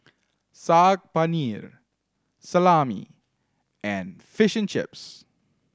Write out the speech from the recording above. Saag Paneer Salami and Fish Chips